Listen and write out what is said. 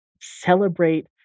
celebrate